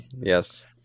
Yes